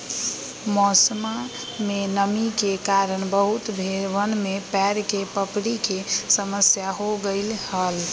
मौसमा में नमी के कारण बहुत भेड़वन में पैर के पपड़ी के समस्या हो गईले हल